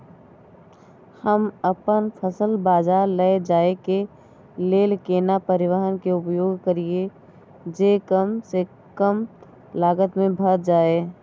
हम अपन फसल बाजार लैय जाय के लेल केना परिवहन के उपयोग करिये जे कम स कम लागत में भ जाय?